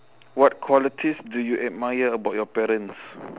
what qualities do you admire about your parents